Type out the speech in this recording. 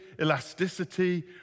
elasticity